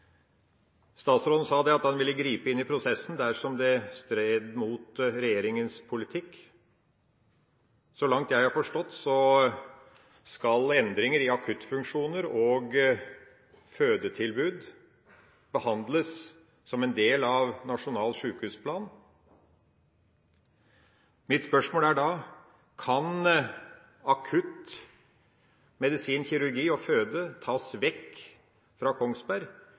Statsråden sa at han vil gripe inn i prosessen dersom det stred mot regjeringas politikk. Så vidt jeg har forstått, skal endringer i akuttfunksjoner og fødetilbud behandles som en del av nasjonal sykehusplan. Mitt spørsmål er da: Kan akuttilbudet innen medisin, kirurgi og føde tas vekk fra Kongsberg